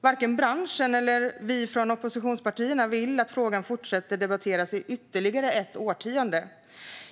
Varken branschen eller vi från oppositionspartierna vill att frågan fortsätter debatteras i ytterligare ett årtionde.